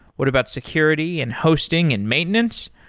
what about security and hosting and maintenance?